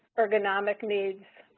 ergonomic means,